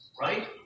right